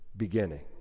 beginning